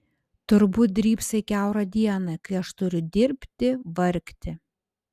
turbūt drybsai kiaurą dieną kai aš turiu dirbti vargti